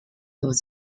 was